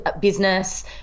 business